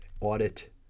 audit